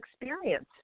experience